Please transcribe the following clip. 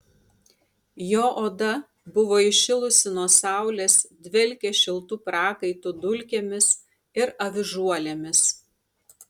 jo oda buvo įšilusi nuo saulės dvelkė šiltu prakaitu dulkėmis ir avižuolėmis